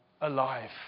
alive